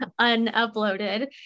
unuploaded